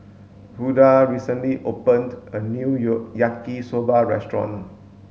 Rhoda recently opened a new Yaki soba restaurant